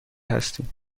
هستیم